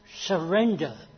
surrender